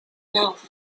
mouth